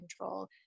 control